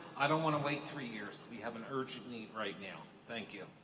i don't want to wait three years. we have an urgent need right now. thank you.